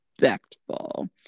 respectful